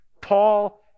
Paul